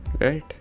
right